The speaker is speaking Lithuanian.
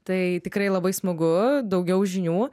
tai tikrai labai smagu daugiau žinių